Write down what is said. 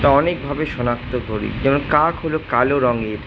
তা অনেক ভাবে শনাক্ত করি যেমন কাক হল কালো রঙের